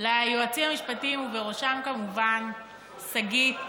ליועצים המשפטיים, ובראשם כמובן שגית,